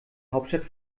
hauptstadt